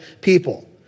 people